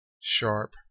sharp